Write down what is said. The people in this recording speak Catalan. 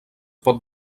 pot